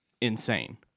insane